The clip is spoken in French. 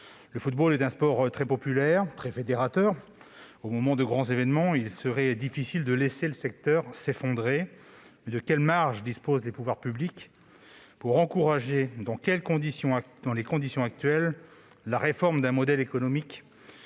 Le football est un sport très populaire, très fédérateur au moment des grands événements. Il serait difficile de laisser le secteur s'effondrer. Mais de quelle marge disposent les pouvoirs publics pour encourager, dans les conditions actuelles, la réforme d'un modèle économique